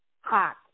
Hot